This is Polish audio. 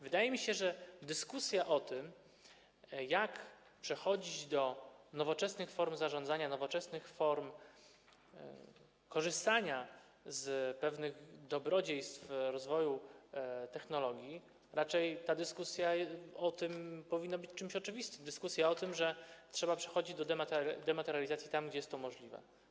Wydaje mi się, że dyskusja o tym, jak przechodzić do nowoczesnych form zarządzania, nowoczesnych form korzystania z pewnych dobrodziejstw rozwoju technologii, raczej powinna być czymś oczywistym; dyskusja o tym, że trzeba przechodzić do dematerializacji tam, gdzie jest to możliwe.